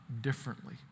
differently